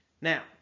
now